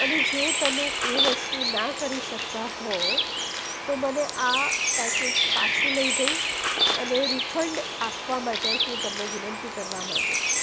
અને જો તમે એ વસ્તુ ના કરી શકતા હો તો મને આ પેકેજ પાછું લઈ જઈ અને રિફંડ આપવા માટે હું તમને વિનંતી કરવા માંગુ છું